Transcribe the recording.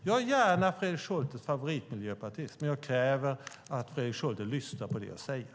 Jag är gärna Fredrik Schultes favoritmiljöpartist, men jag kräver att Fredrik Schulte lyssnar på det jag säger.